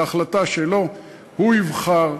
זה החלטה שלו, הוא יבחר.